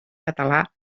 català